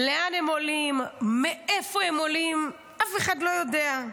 לאן הם עולים, מאיפה הם עולים, אף אחד לא יודע.